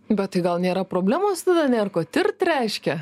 bet tai gal nėra problemos tada nėr ko tirt reiškia